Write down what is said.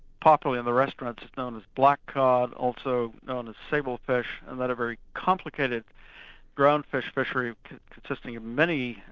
popularly in the restaurants known as black cod, also known as sable fish, and then but a very complicated ground fish fishery consisting of many,